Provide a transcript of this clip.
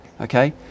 okay